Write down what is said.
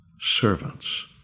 servants